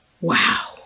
wow